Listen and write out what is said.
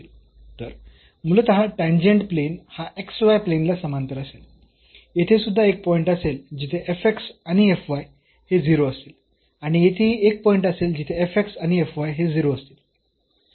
तर मूलतः tangent plane हा xy प्लेन ला समांतर असेल येथे सुद्धा एक पॉईंट असेल जिथे आणि हे 0 असतील आणि येथेही एक पॉईंट असेल जिथे आणि हे 0 असतील